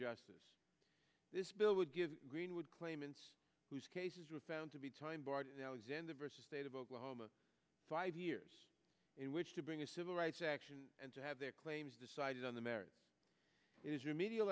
justice this bill would give greenwood claimants whose cases with found to be time barred alexander versus state of oklahoma five years in which to bring a civil rights action and to have their claims decided on the merits is remedial